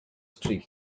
strip